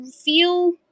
feel